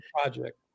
project